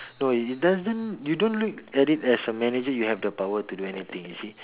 no it doesn't you don't look at it as a manager you have the power to do anything you see